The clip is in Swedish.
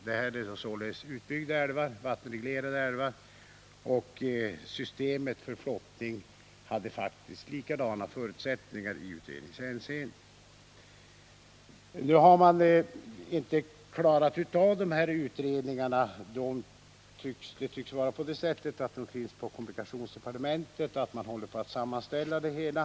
Det här är således vattenreglerade älvar, och systemet för flottningen hade samma förutsättningar i utredningshänseende. Nu har man inte klarat av de här utredningarna. De tycks finnas på kommunikationsdepartementet, och man håller tydligen på med att sammanställa det hela.